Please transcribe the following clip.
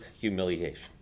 humiliation